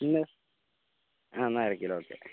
ഇന്ന് എന്നാൽ അരക്കിലോ ഓക്കേ